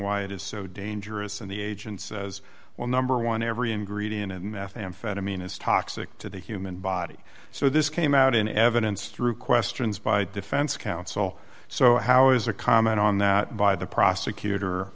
why it is so dangerous and the agent says well number one every ingredient of methamphetamine is toxic to the human body so this came out in evidence through questions by defense counsel so how is a comment on that by the prosecutor